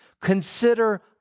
consider